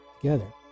together